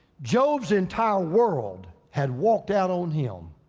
job's entire world had walked out on him.